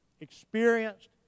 experienced